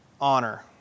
honor